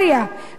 מה קרה?